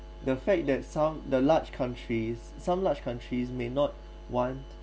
the fact that some the large countries some large countries may not want